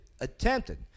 attempted